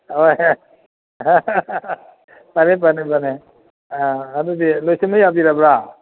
ꯍꯣꯏ ꯐꯅꯤ ꯐꯅꯤ ꯐꯅꯤ ꯑꯥ ꯑꯗꯨꯗꯤ ꯂꯣꯏꯁꯤꯟꯕ ꯌꯥꯕꯤꯔꯕ꯭ꯔ